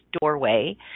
doorway